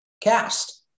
cast